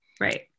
right